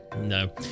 No